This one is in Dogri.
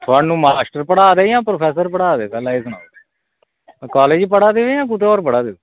थुहानू मास्टर पढ़ा दे जां प्रोफैसर पढ़ा दे एह् सनाओ कॉलेज़ पढ़ा दे जां कुदै होर पढ़ा दे